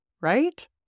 right